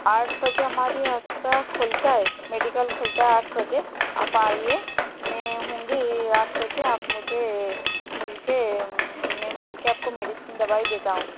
आठ बजे हमारी खुलता हे मेडिकल खुलता आठ बजे आप आइए में हूँगी आठ बजे आप मुझे मिल कर मैं मैं मिल कर आपको मेडिसिन दवाई देती हूँ